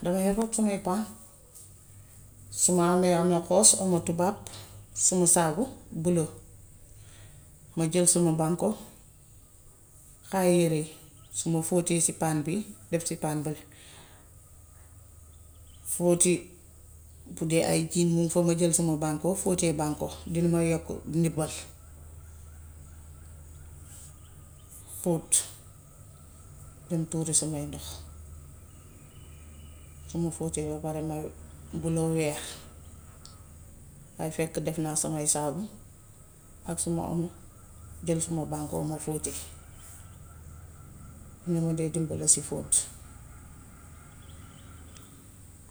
Damay root samay paan. Su ma amee omo xoos, omo tubaab, sama saabu bulo, ma jël suma bànko xayri. Su ma footee si paan bi def ci paan bële fóoti. Bu dee ay kii la foog nga jël suma bànko. Boo fóotee bànko dina yokku ndimbal. Fóot dem tuuri samay ndox. Su ma fóotee ba pare ma bulo weer dal di fekk def naa samay saabu ak sama omo, jël suma bànko ma fóotee. Looloo ma de dimbali si fóot.